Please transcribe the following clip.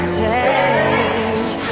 change